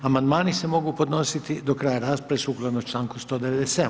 Amandmani se mogu podnositi do kraja rasprave sukladno članku 197.